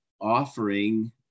offering